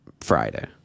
Friday